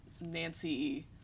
Nancy